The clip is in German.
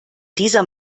dieser